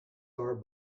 are